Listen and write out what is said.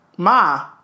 Ma